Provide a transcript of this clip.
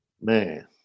Man